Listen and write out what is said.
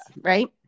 right